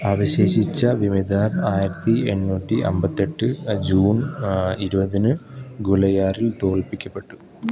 അവശേഷിച്ച വിമതർ ആയിരത്തി എണ്ണൂറ്റി അമ്പത്തെട്ടിൽ ജൂൺ ഇരുപതിന് ഗ്വളിയാറിൽ തോല്പ്പിക്കപ്പെട്ടു